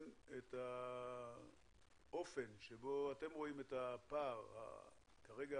על האופן בו אתם רואים את הפער העצום